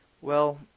Well